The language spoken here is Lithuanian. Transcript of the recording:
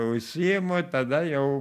užsiimu tada jau